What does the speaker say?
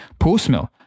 Postmill